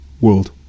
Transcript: world